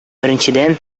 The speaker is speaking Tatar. беренчедән